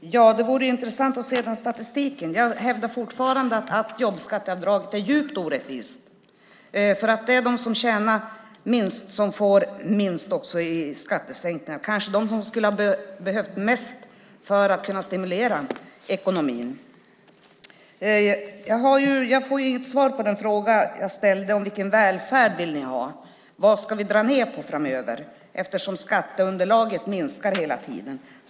Herr talman! Det vore intressant att se den statistiken. Jag hävdar fortfarande att jobbskatteavdraget är djupt orättvist. Det är de som tjänar minst som också får minst i skattesänkningar. Det kanske är de som skulle ha behövt mest för att kunna stimulera ekonomin. Jag får inget svar på den fråga jag ställde om vilken välfärd ni vill ha. Vad ska vi dra ned på framöver, eftersom skatteunderlaget minskar hela tiden?